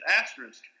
Asterisk